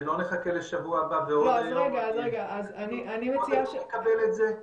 שלא נחכה לשבוע הבא ושעוד היום נקבל את זה?